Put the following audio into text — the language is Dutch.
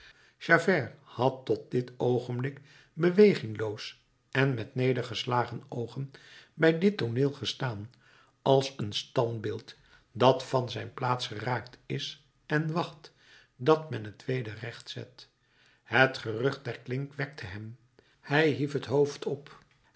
javert had tot dit oogenblik bewegingloos en met nedergeslagen oogen bij dit tooneel gestaan als een standbeeld dat van zijn plaats geraakt is en wacht dat men het weder recht zet het gerucht der klink wekte hem hij hief het hoofd op